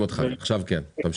בבקשה.